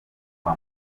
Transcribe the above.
kwa